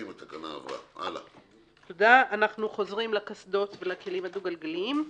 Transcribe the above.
הצבעה בעד התקנה פה אחד התקנה אושרה.